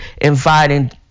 inviting